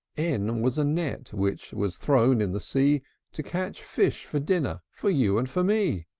n was a net which was thrown in the sea to catch fish for dinner for you and for me.